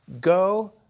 Go